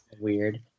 weird